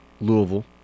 Louisville